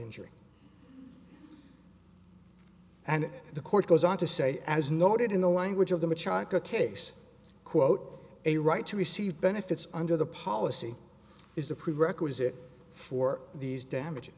injury and the court goes on to say as noted in the language of them a charge to case quote a right to receive benefits under the policy is a prerequisite for these damag